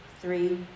three